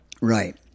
Right